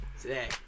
Today